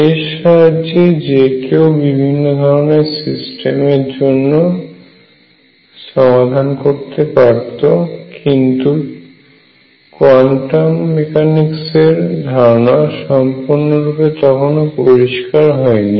এর সাহায্যে যেকেউ বিভিন্ন ধরনের সিস্টেমের জন্য সমাধান করতে পারত কিন্তু কোয়ান্টাম মেকানিক্স এর ধারণা সম্পূর্ণরূপে তখনো পরিষ্কার হয়নি